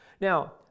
Now